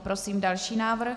Prosím další návrh.